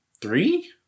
three